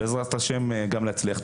ובעזרת השם גם להצליח.